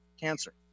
cancer